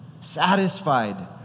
satisfied